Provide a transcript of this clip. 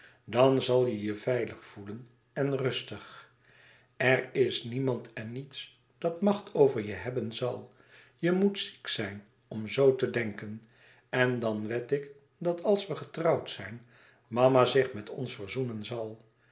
dan zal je je veilig voelen en rustig er is niemand en niets dat macht over je hebben zal je moet ziek zijn om zoo te denken en dan wed ik dat als we getrouwd zijn mama zich met ons verzoenen zal